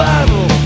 Bible